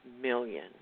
million